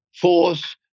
force